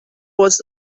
was